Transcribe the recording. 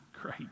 great